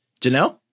Janelle